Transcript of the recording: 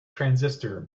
transistor